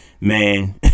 man